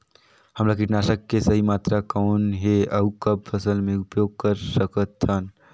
हमला कीटनाशक के सही मात्रा कौन हे अउ कब फसल मे उपयोग कर सकत हन?